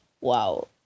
wow